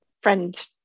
friend